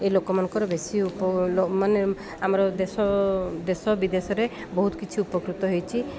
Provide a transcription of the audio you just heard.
ଏ ଲୋକମାନଙ୍କର ବେଶୀ ମାନେ ଆମର ଦେଶ ଦେଶ ବିଦେଶରେ ବହୁତ କିଛି ଉପକୃତ ହୋଇଛି